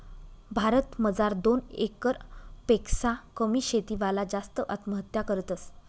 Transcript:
भारत मजार दोन एकर पेक्शा कमी शेती वाला जास्त आत्महत्या करतस